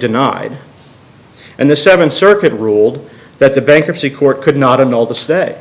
denied and the seventh circuit ruled that the bankruptcy court could not in all the stay